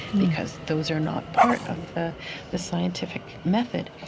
because those are not part of the the scientific method.